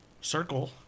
circle